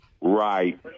Right